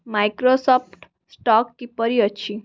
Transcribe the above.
Microsoft stock କିପରି ଅଛି